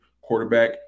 quarterback